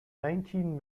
nineteen